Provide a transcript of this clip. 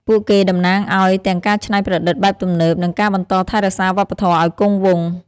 ពួកគេតំណាងឱ្យទាំងការច្នៃប្រឌិតបែបទំនើប និងការបន្តថែរក្សាវប្បធម៌ឱ្យគង់វង្ស។